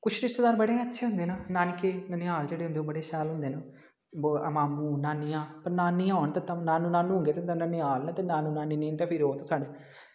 कुछ रिश्तेदार बड़े अच्छे होंदे न नानकै ननिहाल जेह्ड़े होंदे ओह् बड़े शैल होंदे न मामू नानियां पर नानियां होन ते नानू नानियां होंग तां ननिहाल नानू नानी निं होन फिर ते ओह् साढ़े